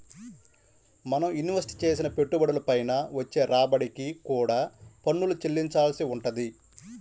మనం ఇన్వెస్ట్ చేసిన పెట్టుబడుల పైన వచ్చే రాబడికి కూడా పన్నులు చెల్లించాల్సి వుంటది